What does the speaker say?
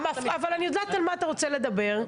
אני יודעת על מה אתה רוצה לדבר,